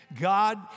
God